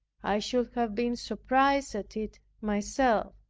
i should have been surprised at it myself.